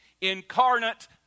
incarnate